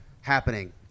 happening